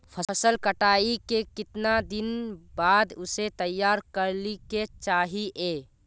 फसल कटाई के कीतना दिन बाद उसे तैयार कर ली के चाहिए?